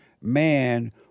man